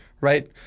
right